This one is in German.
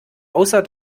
außer